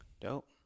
Dope